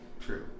True